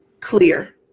clear